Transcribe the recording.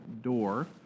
door